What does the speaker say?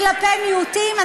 כלפי מיעוטים.